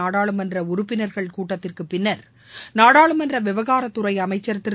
நாடாளுமன்ற உறுப்பினா்கள் கூட்டத்திற்கு பின்னா் நாடாளுமன்ற விவகாரத்துறை அமைச்சா் திரு